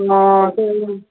ਨਾ ਫੇਰ